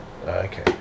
Okay